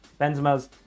Benzema's